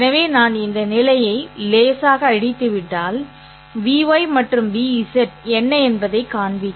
எனவே நான் இந்த நிலையை லேசாக அழித்துவிட்டால் Vy மற்றும் Vz என்ன என்பதைக் காண்பி